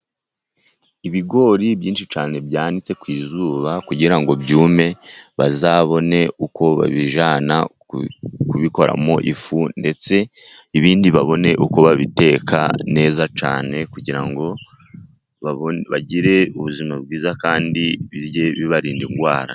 Ibigori byinshi cyane byanditse ku izuba kugira ngo byume bazabone uko babijyana kubikora mu ifu ndetse ibindi babone uko babiteka neza cyane kugira ngo bagire ubuzima bwiza kandi bijye bibarinda indwara.